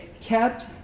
kept